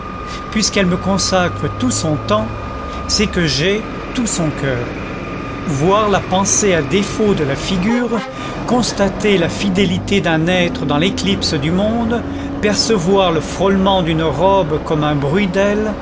puisqu'elle me consacre tout son temps c'est que j'ai tout son coeur voir la pensée à défaut de la figure constater la fidélité d'un être dans l'éclipse du monde percevoir le frôlement d'une robe comme un bruit d'ailes